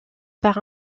par